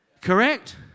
correct